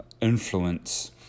influence